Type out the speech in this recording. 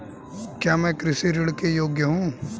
क्या मैं कृषि ऋण के योग्य हूँ?